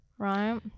right